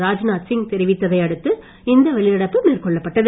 ராஜ்நாத் சிங் தெரிவித்ததை அடுத்து இந்த வெளிநடப்பு மேற்கொள்ளப்பட்டது